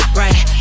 right